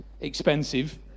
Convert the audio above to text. expensive